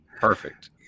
Perfect